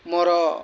ମୋର